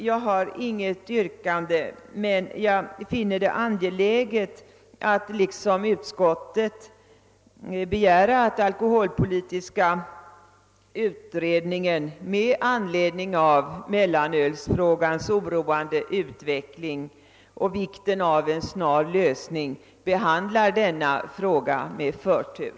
Jag har inget yrkande, men jag finner det liksom utskottet angeläget att begära att alkoholpolitiska utredningen, med hänsyn till mellanölsfrågans oroande utveckling och vikten av en snar lösning, behandlar denna fråga med förtur.